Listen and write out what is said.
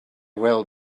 well